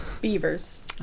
Beavers